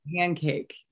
pancake